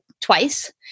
twice